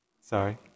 Sorry